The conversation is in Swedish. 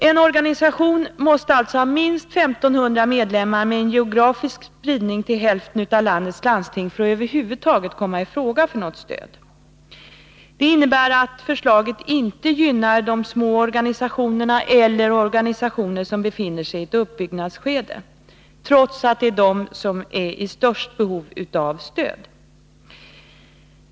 En organisation måste alltså ha minst 1500 medlemmar med en geografisk spridning till hälften av landets landsting för att över huvud taget komma i fråga när det gäller stöd. Det innebär att förslaget inte gynnar de små organisationerna eller organisationer som befinner sig i ett uppbyggnadsske Nr 163 de, trots att det kanske är dessa organisationer som är i störst behov av stöd.